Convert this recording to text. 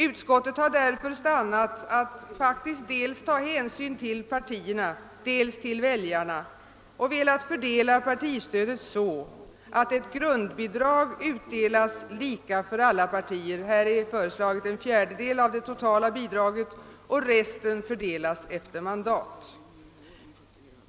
Utskottet har därför stannat för att ta hänsyn dels till partierna, dels till väljarna och har velat fördela partistödet så, att ett grundbidrag utdelas lika för alla partier — en fjärdedel av det totala bidraget har föreslagits — och att resten fördelas efter mandat.